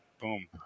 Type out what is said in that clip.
Boom